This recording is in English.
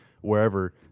wherever